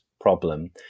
problem